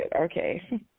Okay